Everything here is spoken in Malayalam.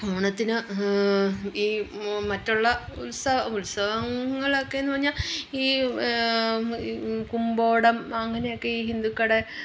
ഓണത്തിന് ഈ മറ്റുള്ള ഉത്സവ ഉത്സവങ്ങളൊക്കെ എന്നു പറഞ്ഞാൽ ഈ കുമ്പോടം അങ്ങനെയൊക്കെ ഈ ഹിന്ദുക്കളുടെ